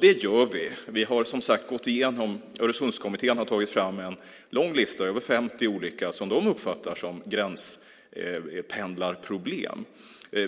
Det gör vi. Öresundskommittén har tagit fram en lång lista över 50 olika gränspendlarproblem.